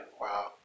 Wow